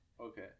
Okay